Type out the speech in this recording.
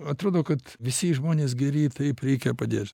atrodo kad visi žmonės geri taip reikia padėt